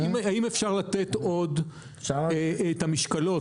האם אפשר לתת עוד את המשקלות?